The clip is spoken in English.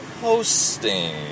hosting